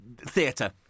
theatre